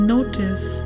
Notice